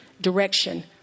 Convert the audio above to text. direction